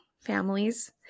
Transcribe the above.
families